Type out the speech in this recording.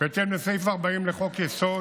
בהתאם לסעיף 40 לחוק-יסוד: